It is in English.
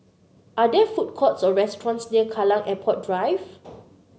are there food courts or restaurants near Kallang Airport Drive